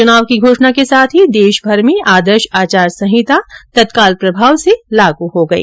चुनाव की घोषणा के साथ ही देश में आदर्श आचार संहिता तत्काल प्रभाव से लागू हो गई है